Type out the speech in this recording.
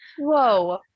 Whoa